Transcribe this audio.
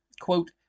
quote